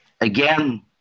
again